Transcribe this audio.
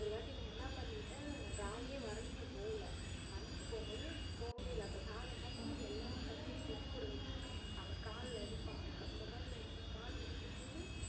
ஒரு வாட்டி நான் என்ன பண்ணிவிட்டேன் ட்ராயிங்கே வரைஞ்சிட்டு போகல வரைஞ்சிட்டு போகும்போது போகவே இல்லை அப்போ சார் என்ன பண்ணார் எல்லா பசங்களையும் முட்டி போட வச்சு அப்போ காலில் அடிப்பாங்க அந்தமாதிரி அடிப்பாங்க காலில் அடிக்கும்போது